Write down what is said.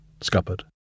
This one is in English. scuppered